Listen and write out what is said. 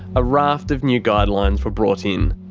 a raft of new guidelines were brought in.